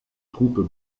troupes